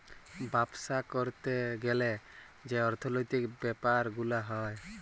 বাপ্সা ক্যরতে গ্যালে যে অর্থলৈতিক ব্যাপার গুলা হ্যয়